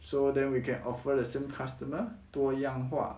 so then we can offer the same customer 多样化